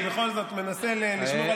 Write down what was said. אני בכל זאת מנסה לשמור,